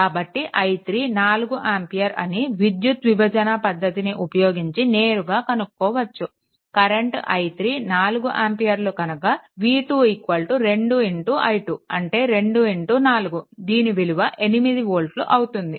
కాబట్టి i3 4 ampere అని విద్యుత్ విధజన పద్ధతిని ఉపయోగించి నేరుగా కనుక్కోవచ్చు కరెంట్ i3 4 ఆంపియర్లు కనుక v2 2 i2 అంటే 24 దీని విలువ 8 వోల్ట్లు అవుతుంది